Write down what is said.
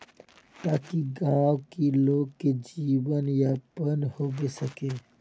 ताकि गाँव की लोग के जीवन यापन सही होबे सके?